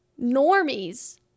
normies